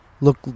look